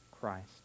Christ